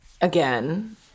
again